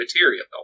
material